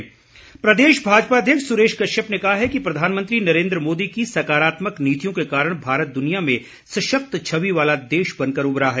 सुरेश कश्यप प्रदेश भाजपा अध्यक्ष सुरेश कश्यप ने कहा है कि प्रधानमंत्री नरेन्द्र मोदी की सकारात्मक नीतियों के कारण भारत दुनिया में सशक्त छवि वाला देश बनकर उभरा है